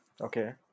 Okay